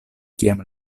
kiam